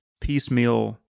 piecemeal